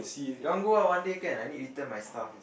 you want go ah one day can I need return my stuff